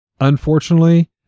Unfortunately